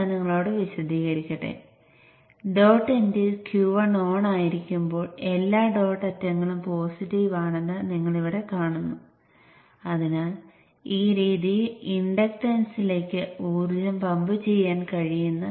Q1 ഓഫാണ് Q2 ഓണാണ് dot end ഗ്രൌണ്ടിലേക്ക് വലിച്ചിരിക്കുന്നത് കാണാം